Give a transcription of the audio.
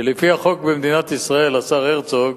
שלפי החוק במדינת ישראל, השר הרצוג,